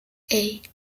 hey